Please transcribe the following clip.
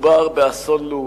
מדובר באסון לאומי,